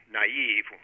naive